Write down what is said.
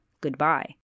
goodbye